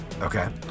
Okay